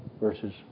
versus